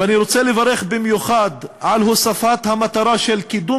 ואני רוצה לברך במיוחד על הוספת המטרה של קידום